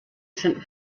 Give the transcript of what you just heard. saint